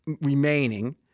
remaining